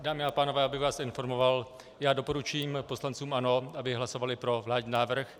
Dámy a pánové, já bych vás informoval doporučím poslancům ANO, aby hlasovali pro vládní návrh.